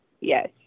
yes